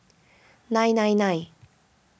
nine nine nine